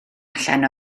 allan